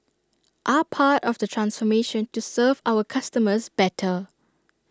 are part of the transformation to serve our customers better